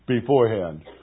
beforehand